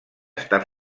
està